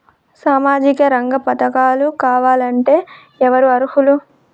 సామాజిక రంగ పథకాలు కావాలంటే ఎవరు అర్హులు?